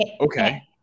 Okay